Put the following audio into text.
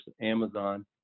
Amazon